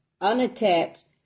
unattached